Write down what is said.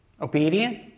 obedient